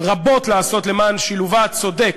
רבות לעשות למען שילובה הצודק